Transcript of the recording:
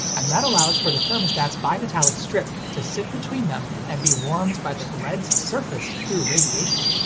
and that allows for the thermostat's bimetallic strip to sit between them and be warmed by the bread's surface through radiation.